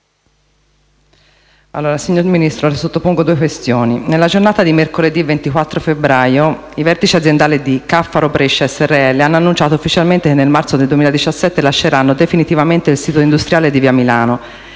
Signor Ministro, le sottopongo due questioni. Nella giornata di mercoledì 24 febbraio, i vertici aziendali di Caffaro Brescia Srl hanno annunciato ufficialmente che nel marzo 2017 lasceranno definitivamente il sito industriale di via Milano.